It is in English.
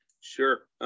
Sure